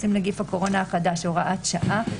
עם נגיף הקורונה החדש) (הוראת שעה)